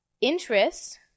interest